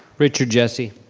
richard jessie.